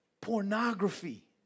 Pornography